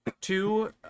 Two